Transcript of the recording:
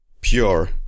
pure